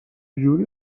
جوری